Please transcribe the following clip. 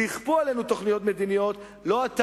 שיכפו עלינו תוכניות מדיניות שלא אתה